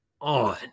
on